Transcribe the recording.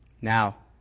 Now